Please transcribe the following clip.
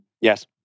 Yes